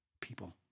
people